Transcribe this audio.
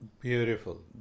Beautiful